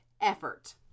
effort